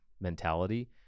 mentality